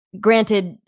Granted